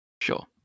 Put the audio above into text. sure